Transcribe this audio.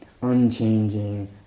unchanging